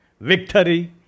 victory